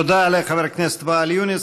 תודה לחבר ואאל יונס.